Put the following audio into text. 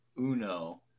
Uno